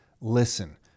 listen